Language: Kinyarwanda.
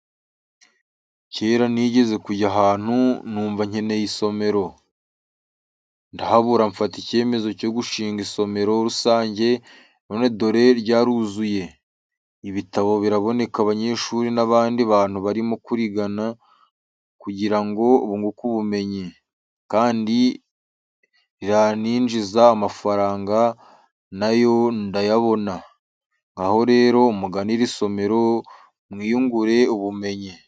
Cyera nigeze kujya ahantu numva nkeneye isomero, ndahabura mfata icyemezo cyo gushinga isomero rusange none dore ryaruzuye. Ibitabo biraboneka abanyeshuri n'abandi bantu barimo kurigana kugira ngo bunguke ubumenyi, kandi riraninjiza amafaranga na yo ndayabona. Ngaho rero mugane iri somero mwiyungure ubumenyi.